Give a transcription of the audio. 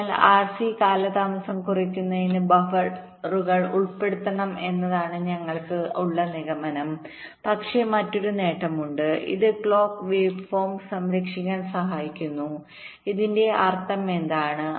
അതിനാൽ ആർസി കാലതാമസം കുറയ്ക്കുന്നതിന് ബഫറുകൾ ഉൾപ്പെടുത്തണം എന്നതാണ് ഞങ്ങൾക്ക് ഉള്ള നിഗമനം പക്ഷേ മറ്റൊരു നേട്ടമുണ്ട് ഇത് ക്ലോക്ക് വേവ്ഫോം സംരക്ഷിക്കാൻ സഹായിക്കുന്നു ഇതിന്റെ അർത്ഥം എന്താണ്